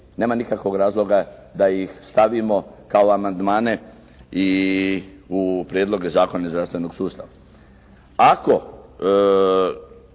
nema nikakvog razloga da ih stavimo kao amandmane i u prijedloge zakona zdravstvenog sustava.